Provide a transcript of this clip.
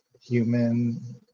human